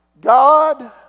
god